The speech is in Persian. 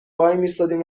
وایمیستادیم